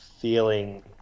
feeling